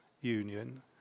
union